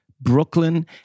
Brooklyn